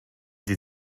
sie